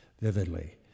vividly